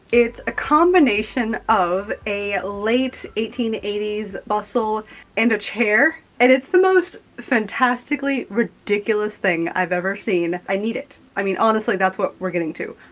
it's a combination of a late eighteen eighty s bustle and a chair. and it's the most fantastically ridiculous thing i've ever seen. i need it. i mean, honestly, that's what we're getting to.